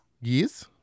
Yes